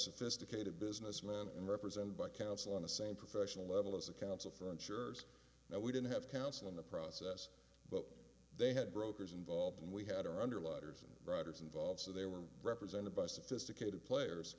sophisticated businessman and represented by counsel on the same professional level as the counsel for insurers and we didn't have counsel in the process but they had brokers involved and we had our under lighters and riders involved so they were represented by sophisticated players